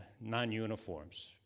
non-uniforms